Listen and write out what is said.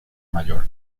mayor